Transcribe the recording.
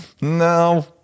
no